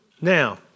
Now